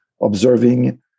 observing